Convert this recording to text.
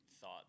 thought